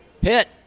Pitt